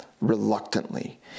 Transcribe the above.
reluctantly